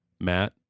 Matt